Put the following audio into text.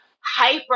hyper